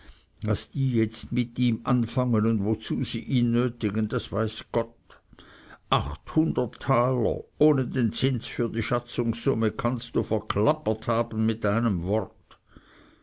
was die jetzt mit ihm anfangen und wozu sie ihn nötigen das weiß gott achthundert taler ohne den zins für die schatzungssumme kannst du verklappert haben mit einem worte